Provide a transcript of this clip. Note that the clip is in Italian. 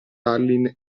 tallinn